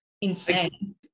insane